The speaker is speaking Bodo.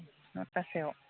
नट बासायाव